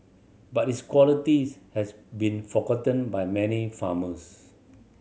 but its qualities has been forgotten by many farmers